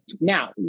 Now